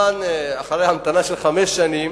אחרי המתנה של חמש שנים